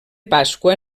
pasqua